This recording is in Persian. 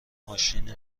ماشین